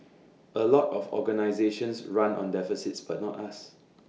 A lot of organisations run on deficits but not us